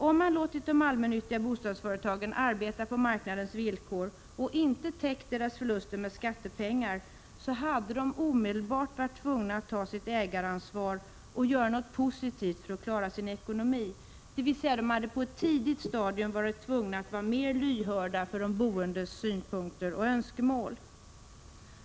Om man låtit de allmännyttiga bostadsföretagen arbeta på marknadens villkor och inte täckt deras förluster med skattepengar, hade de omedelbart varit tvungna att ta sitt ägaransvar och göra något positivt för att klara sin ekonomi, dvs. de hade på ett tidigt stadium varit tvungna att vara mera lyhörda för de boendes synpunkter och önskemål.